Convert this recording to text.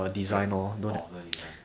the brand orh don't have the design